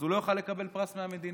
אז הוא לא יוכל לקבל פרס מהמדינה.